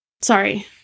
Sorry